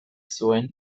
zuen